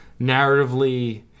narratively